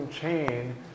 chain